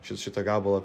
šitą gabalą